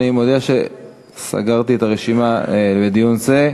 אני מודיע שסגרתי את הרשימה לדיון זה.